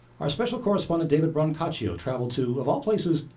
our special correspondent david brancaccio traveled to, of all places,